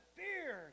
fear